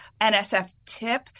NSF-TIP